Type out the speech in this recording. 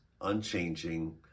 unchanging